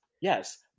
Yes